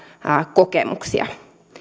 kokemuksia